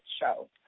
show